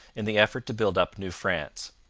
in the effort to build up new france.